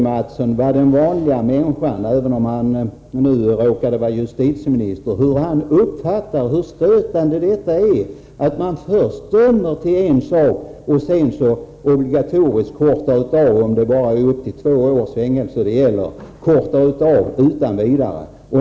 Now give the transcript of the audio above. Mathsson, hur stötande den vanliga människan — även om det nu råkar vara vår justitieminister — tycker att det är att man först dömer ut ett straff och sedan obligatoriskt kortar av strafftiden, om denna omfattar högst två år.